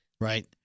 right